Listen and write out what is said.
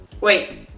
Wait